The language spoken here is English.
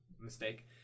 Mistake